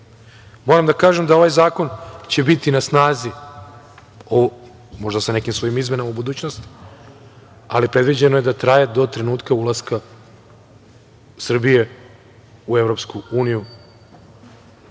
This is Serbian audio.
da kažem da ovaj zakon će biti na snazi, možda sa nekim svojim izmenama u budućnosti, ali predviđeno je da traje do trenutka ulaska Srbije u EU,